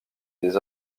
des